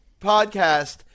podcast